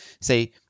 say